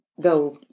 go